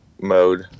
mode